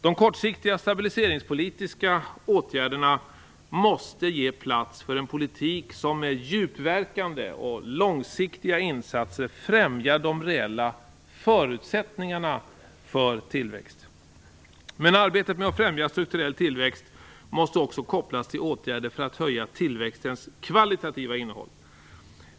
De kortsiktiga stabiliseringspolitiska åtgärderna måste ge plats för en politik som med djupverkande och långsiktiga insatser främjar de reella förutsättningarna för tillväxt. Men arbetet med att främja strukturell tillväxt måste också kopplas till åtgärder för att höja tillväxtens kvalitativa innehåll.